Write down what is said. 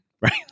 right